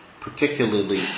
particularly